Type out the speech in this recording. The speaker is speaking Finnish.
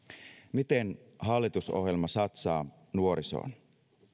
miten hallitusohjelma satsaa nuorisoon